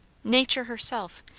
nature herself,